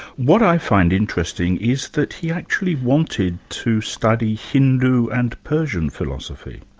what i find interesting is that he actually wanted to study hindu and persian philosophy.